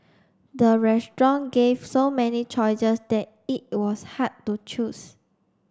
the restaurant gave so many choices that it was hard to choose